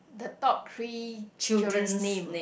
the top three children's name